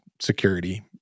security